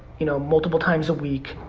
you know multiple times a week.